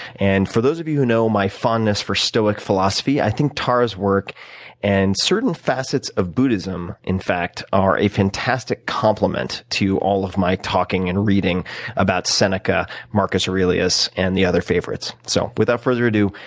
and for those of you who know my fondness for stoic philosophy, i think tara's work and certain facts of buddhism, in fact, are a fantastic complement to all of my talking and reading about seneca, marcus aurelius, and the other favorites. so, without further ado,